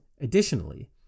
Additionally